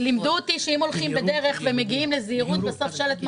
לימדו אותי שאם הולכים בדרך ומגיעים בסוף לשלט: "זהירות,